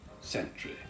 century